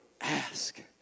Ask